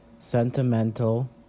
sentimental